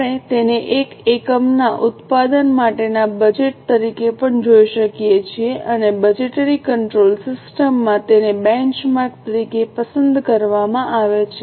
આપણે તેને એક એકમના ઉત્પાદન માટેના બજેટ તરીકે પણ જોઈ શકીએ છીએ અને બજેટરી કંટ્રોલ સિસ્ટમ માં તેને બેંચમાર્ક તરીકે પસંદ કરવામાં આવે છે